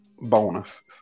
bonuses